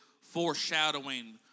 foreshadowing